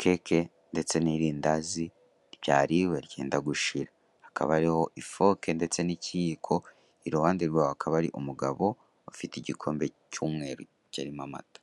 keke ndetse n'irindazi ryariwe ryenda gushira, hakaba hariho ifoke ndetse n'ikiyiko, iruhande rwaho akaba ari umugabo ufite igikombe cy'umweru, kirimo amata.